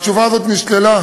התשובה הזאת נשללה,